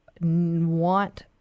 want